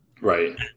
right